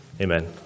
Amen